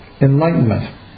enlightenment